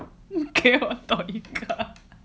给我多一个